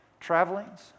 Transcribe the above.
travelings